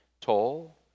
tall